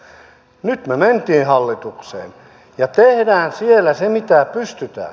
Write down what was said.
nyt me menimme hallitukseen ja teemme siellä sen mitä pystymme